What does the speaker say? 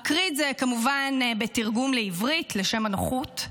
אקריא את זה כמובן בתרגום לעברית, לשם הנוחות.